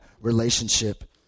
relationship